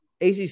ACC